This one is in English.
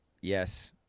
yes